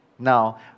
Now